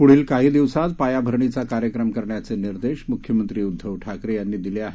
पुढील काही दिवसांत पायाभरणीचा कार्यक्रम करण्याचे निर्देश मुख्यमंत्री उध्दव ठाकरे यांनी दिले आहेत